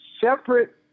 Separate